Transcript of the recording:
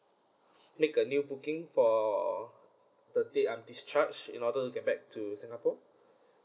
make a new booking for the date after discharge in order to get back to singapore